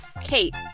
Kate